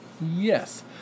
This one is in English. Yes